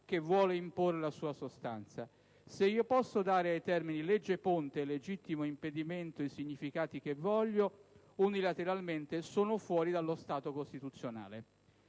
che vuole imporre la sua sostanza; se io posso dare ai termini «legge ponte» e «legittimo impedimento» i significati che voglio, unilateralmente, sono fuori dallo Stato costituzionale.